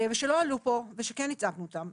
שלא העלו פה וכן הצדקנו אותם.